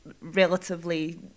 relatively